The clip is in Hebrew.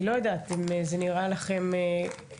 אני לא יודעת אם זה נראה לכם הגיוני,